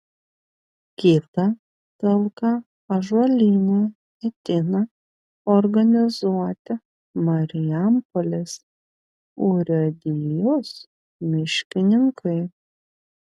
kitą talką ąžuolyne ketina organizuoti marijampolės urėdijos miškininkai